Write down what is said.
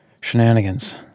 shenanigans